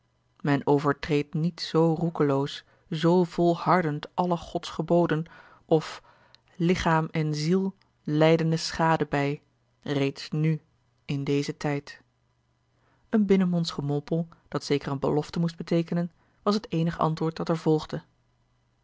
men overtreedt niet zoo roekeloos zoo volhardend alle gods geboden of lichaam en ziel lijden er schade bij reeds nù in dezen tijd een binnensmonds gemompel dat zeker eene belofte moest beteekenen was het eenig antwoord dat er volgde